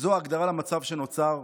זו ההגדרה למצב שנוצר,